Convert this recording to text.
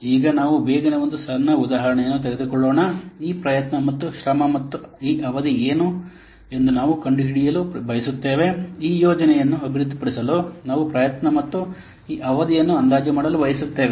ಈಗ ನಾವು ಬೇಗನೆ ಒಂದು ಸಣ್ಣ ಉದಾಹರಣೆಯನ್ನು ತೆಗೆದುಕೊಳ್ಳೋಣಈ ಪ್ರಯತ್ನ ಮತ್ತು ಶ್ರಮ ಮತ್ತು ಈ ಅವಧಿ ಏನು ಎಂದು ನಾವು ಕಂಡುಹಿಡಿಯಲು ಬಯಸುತ್ತೇವೆ ಈ ಯೋಜನೆಯನ್ನು ಅಭಿವೃದ್ಧಿಪಡಿಸಲು ನಾವು ಪ್ರಯತ್ನ ಮತ್ತು ಈ ಅವಧಿಯನ್ನು ಅಂದಾಜು ಮಾಡಲು ಬಯಸುತ್ತೇವೆ